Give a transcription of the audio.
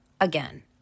again